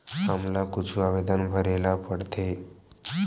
हमला कुछु आवेदन भरेला पढ़थे?